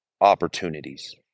opportunities